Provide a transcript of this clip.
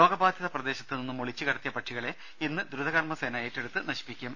രോഗബാധിത പ്രദേശത്ത് നിന്നും ഒളിച്ച് കടത്തിയ പക്ഷികളെ ഇന്ന് ദ്രുതകർമ്മസേന ഏറ്റെടുത്ത് നശിപ്പിക്കും